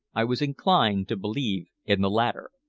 i was inclined to believe in the latter.